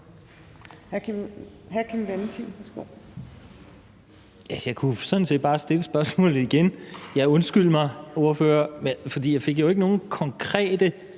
Jeg kunne jo sådan set bare stille spørgsmålet igen. Ja, undskyld mig, ordfører, for jeg fik jo ikke nogen konkrete